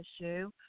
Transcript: issue